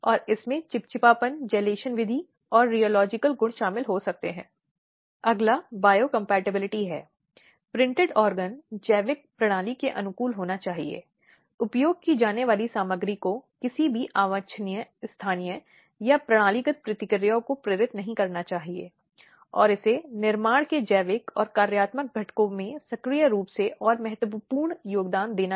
शारीरिक शोषण जैसा कि एक अधिनियम या आचरण जिसमें शारीरिक दर्द महिलाओं के जीवन या स्वास्थ्य के लिए नुकसान या खतरा होता है एक ऐसा कार्य जो पीड़ित व्यक्ति के स्वास्थ्य या विकास को बाधित करता है और तीसरा एक ऐसा कार्य जो आपराधिक धमकी और आपराधिक बल पर हमला करने के लिए होता है